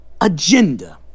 agenda